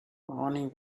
ronnie